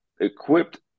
equipped